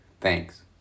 Thanks